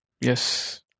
Yes